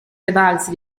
levarsi